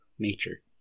Nature